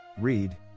Read